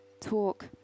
talk